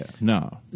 no